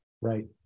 Right